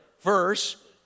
verse